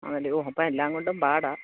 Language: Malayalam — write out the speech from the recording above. ആന്നല്ലിയോ ഓ അപ്പം എല്ലാം കൊണ്ടും പാടാണ്